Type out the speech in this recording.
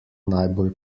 najbolj